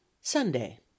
sunday